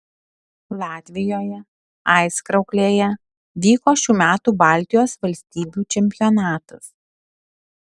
latvijoje aizkrauklėje vyko šių metų baltijos valstybių čempionatas